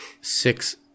six